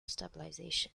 stabilization